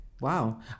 Wow